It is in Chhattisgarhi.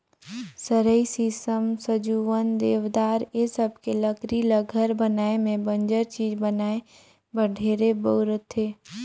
सरई, सीसम, सजुवन, देवदार ए सबके लकरी ल घर बनाये में बंजर चीज बनाये बर ढेरे बउरथे